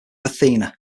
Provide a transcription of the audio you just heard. athena